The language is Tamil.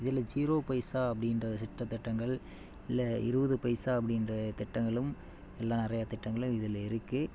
இதில் ஜீரோ பைசா அப்படின்ற சிட்ட திட்டங்கள் இல்லை இருபது பைசா அப்படின்ற திட்டங்களும் இல்லை நிறைய திட்டங்களும் இதில் இருக்குது